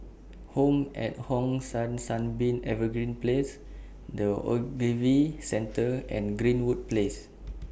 Home At Hong San Sunbeam Evergreen Place The Ogilvy Centre and Greenwood Place